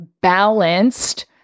balanced